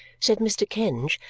said mr. kenge,